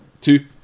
two